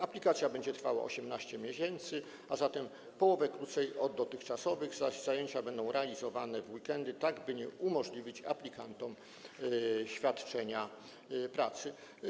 Aplikacja będzie trwała 18 miesięcy, a zatem o połowę krócej od dotychczasowych, zaś zajęcia będą realizowane w weekendy, tak by nie uniemożliwić aplikantom świadczenia pracy.